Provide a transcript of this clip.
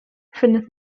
findet